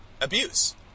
abuse